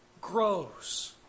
grows